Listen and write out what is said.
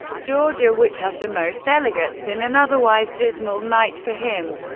georgia, which has the most delegates, in an otherwise dismal night for him.